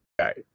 Right